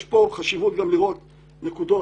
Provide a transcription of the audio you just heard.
יש פה גם חשיבות לראות נקודות,